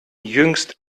jüngst